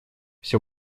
все